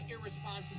irresponsible